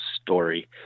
story